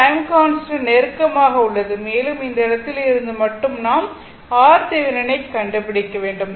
time constant நெருக்கமாக உள்ளது மேலும் இந்த இடத்தில் இருந்து மட்டுமே நாம் RThevenin ஐக் கண்டுபிடிக்க வேண்டும்